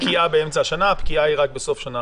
אין פקיעה באמצע השנה, הפקיעה היא רק בסוף השנה